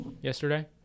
yesterday